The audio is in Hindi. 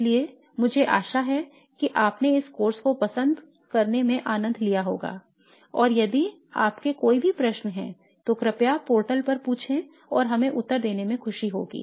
इसलिए मुझे आशा है कि आपने इस कोर्स को करने में आनंद लिया होगा और यदि आपके कोई प्रश्न हैं तो कृपया पोर्टल पर पूछें और हमें उत्तर देने में खुशी होगी